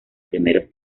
primeros